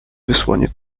wysłanie